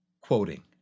quoting